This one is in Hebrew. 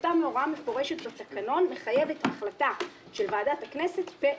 שסוטה מהוראה מפורשת בתקנון מחייבת החלטה של ועדת הכנסת פה אחד.